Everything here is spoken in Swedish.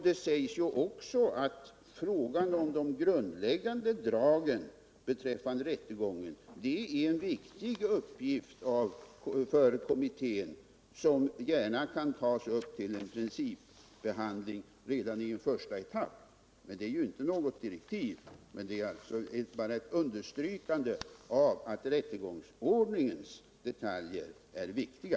Det sägs ju också att frågan om de grundläggande dragen beträffande rättegången är en viktig uppgift för kommittén, som gärna kan tas upp tillen principbehandling redan i en första etapp. Det är inte något direktiv men ett understrykande av att rättegångsordningens detaljer är viktiga.